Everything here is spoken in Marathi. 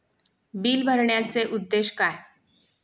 बिल भरण्याचे उद्देश काय?